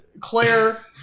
claire